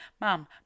mom